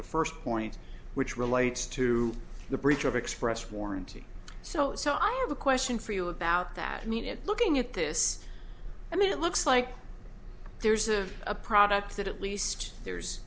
the first point which relates to the breach of express warranty so so i have a question for you about that i mean it's looking at this i mean it looks like there's of a product that at least there's